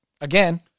again